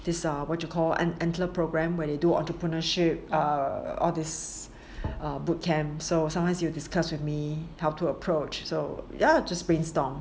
this the what you call enter program where they do entrepreneurship with err all this err bootcamp so sometimes he will discuss with me how to approach so ya so just brainstorm